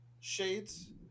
Shades